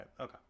okay